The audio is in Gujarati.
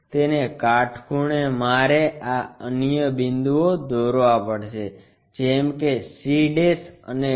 તેને કાટખૂણે મારે આ અન્ય બિંદુઓ દોરવા પડશે જેમ કે c અને d